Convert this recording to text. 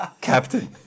captain